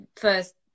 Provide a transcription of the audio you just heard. first